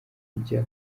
kujya